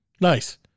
Nice